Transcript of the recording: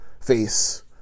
face